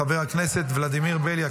חבר הכנסת ולדימיר בליאק,